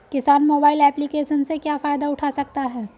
किसान mobile application से क्या फायदा उठा सकता है?